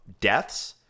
deaths